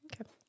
Okay